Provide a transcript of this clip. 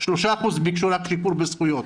3% ביקשו רק שיפור בזכויות.